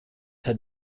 had